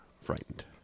frightened